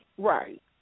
Right